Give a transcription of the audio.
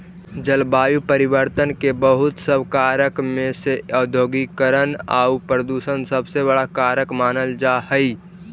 जलवायु परिवर्तन के बहुत सब कारक में से औद्योगिकीकरण आउ प्रदूषण सबसे बड़ा कारक मानल जा हई